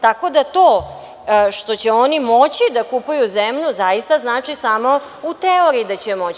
Tako da, to što će oni moći da kupuju zemlju zaista znači samo u teoriji da će moći.